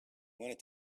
wanted